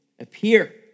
appear